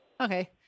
Okay